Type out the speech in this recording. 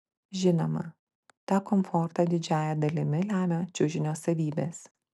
žinoma tą komfortą didžiąja dalimi lemia čiužinio savybės